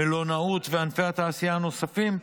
המלונאות וענפי תעשייה נוספים,